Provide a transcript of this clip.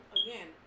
again